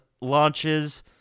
launches